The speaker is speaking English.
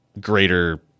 greater